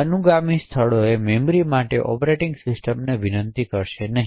અનુગામી સ્થળોએ મેમરી માટે ઑપરેટિંગ સિસ્ટમની વિનંતી કરશે નહીં